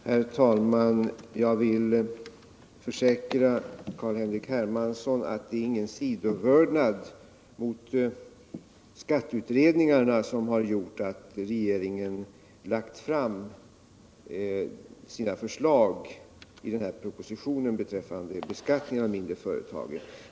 Herr talman! Jag vill försäkra Carl-Henrik Hermansson att det inte är någon sidovördnad mot skatteutredningarna som gjort att regeringen lagt fram sina förslag i propositionen beträffande beskattningen av de mindre företagen.